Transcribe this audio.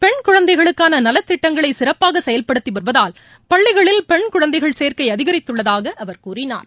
பெண்குழந்தைகளுக்கான நலத்திட்டங்களை சிறப்பாக செயல்படுத்தி வருவதால் பள்ளிகளில் பெண் குழந்தைகள் சேர்க்கை அதிகரித்துள்ளதாக அவர் கூறினார்